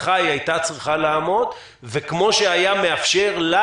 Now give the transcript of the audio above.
שלדעתך היא היתה צריכה לעמוד וכמו שהיה מאפשר לה